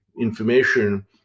information